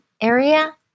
area